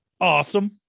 Awesome